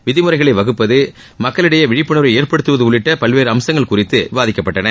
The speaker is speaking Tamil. விதிமுறைகளை வகுப்பது மக்களிடையே விழிப்புணர்வை ஏற்படுத்துவது உள்ளிட்ட பல்வேறு அம்சங்கள் குறித்து விவாதிக்கப்பட்டன